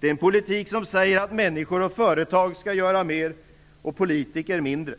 Det är en politik som säger att människor och företag skall göra mer och politiker mindre.